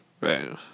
Right